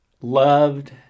loved